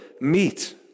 meet